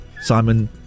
simon